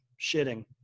shitting